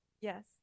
Yes